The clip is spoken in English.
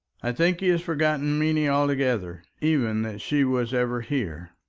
i think he has forgotten meeny altogether even that she was ever here.